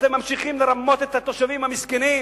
ואתם ממשיכים לרמות את התושבים המסכנים.